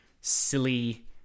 silly